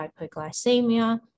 hypoglycemia